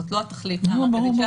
זאת לא התכלית העיקרית שלה.